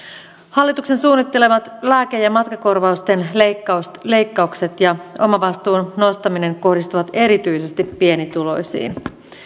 hallituksen suunnittelemat lääke ja matkakorvausten leikkaukset leikkaukset ja omavastuun nostaminen kohdistuvat erityisesti pienituloisiin